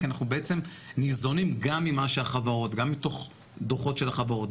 כי אנחנו בעצם ניזונים גם מתוך דוחות של החברות,